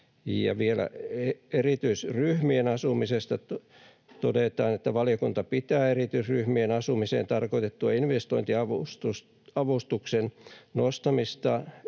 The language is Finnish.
erityisryhmien asumisesta todetaan, että valiokunta pitää erityisryhmien asumiseen tarkoitetun investointiavustuksen nostamista